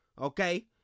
okay